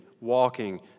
walking